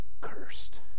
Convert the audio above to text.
cursed